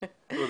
יש דיון?